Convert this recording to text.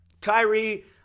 Kyrie